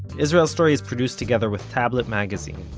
israel story is produced together with tablet magazine.